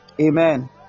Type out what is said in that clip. amen